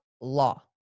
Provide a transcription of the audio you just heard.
law